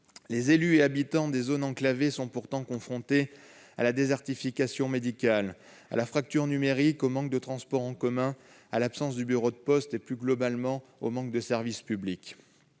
Les élus et habitants des zones enclavées sont pourtant confrontés à la désertification médicale, à la fracture numérique, au manque de transports en commun et à l'absence de bureau de poste ou, plus globalement, de services publics.